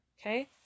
Okay